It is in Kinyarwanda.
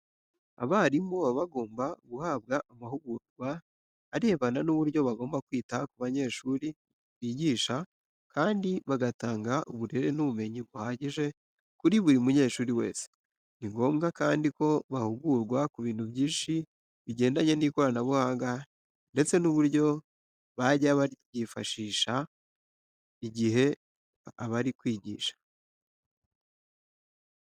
Abarimu baba bagomba guhabwa amahugurwa arebana n'uburyo bagomba kwita ku banyeshuri bigisha kandi bagatanga uburere n'ubumenyi buhagije kuri buri munyeshuri wese. Ni ngombwa kandi ko bahugurwa ku bintu byinshi bigendanye n'ikoranabuhanga ndetse n'uburyo bajya baryifashisha igihe abari kwigisha.